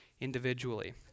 individually